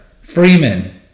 Freeman